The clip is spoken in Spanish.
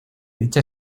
dicha